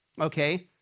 okay